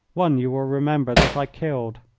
one you will remember that i killed.